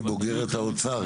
היא בוגרת האוצר,